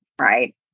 right